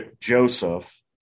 Joseph